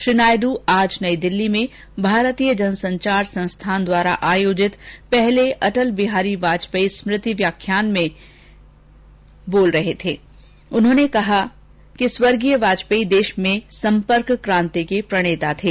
श्री नायडू ने आज नई दिल्ली में भारतीय जनसंचार संस्थान द्वारा आयोजित पहले अटल बिहारी वाजर्पेयी स्मृति व्याख्यान में श्री नायडू ने कहा स्वर्गीय वाजपेयी देष में संपर्क कांति के प्रणेता थे